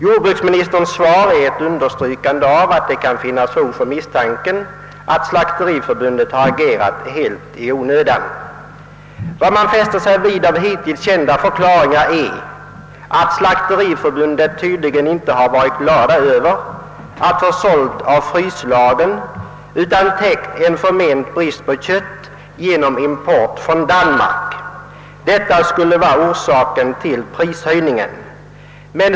Jordbruksministerns svar är ett understrykande av att det kan finnas fog för misstanken att Slakteriförbundet har agerat helt i onödan. Av de hittills kända förklaringarna fäster man sig vid att Slakteriförbundet tydligen inte gärna velat sälja av fryslagren utan har täckt en förment brist på kött genom import från Danmark. Detta skulle vara orsaken till prishöjningen.